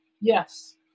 Yes